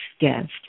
guest